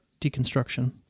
deconstruction